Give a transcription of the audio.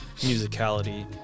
musicality